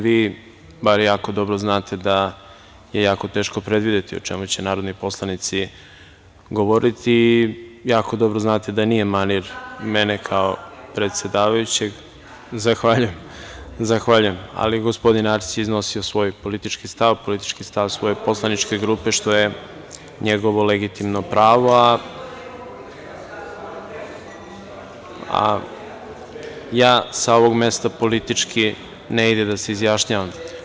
Vi bar jako dobro znate da je jako teško predvideti o čemu će narodni poslanici govoriti i jako dobro znate da nije manir mene kao predsedavajućeg… (Vjerica Radeta: Zato nemojte glasati, zato se nemojte izjašnjavati.) Zahvaljujem, ali gospodin Arsić je iznosio svoj politički stav, politički stav svoje poslaničke grupe, što je njegovo legitimno pravo, ja sa ovog mesta politički ne ide da se izjašnjavam.